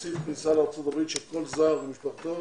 ומוסיף כניסה לארה"ב של כל זר ומשפחתו